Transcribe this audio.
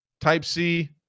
Type-C